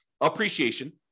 Appreciation